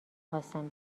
خواستم